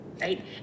right